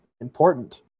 important